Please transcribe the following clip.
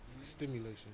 stimulation